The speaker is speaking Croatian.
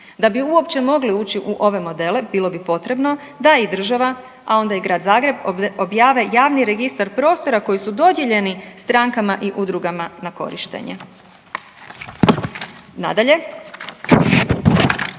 Da bi uopće mogli ući u ove modele bilo bi potrebno da i država, a onda i Grad Zagreb objave javni registar prostora koji su dodijeljeni strankama i udrugama na korištenje. Nadalje,